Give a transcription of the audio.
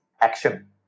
Action